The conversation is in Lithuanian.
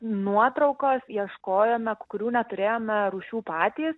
nuotraukos ieškojome kurių neturėjome rūšių patys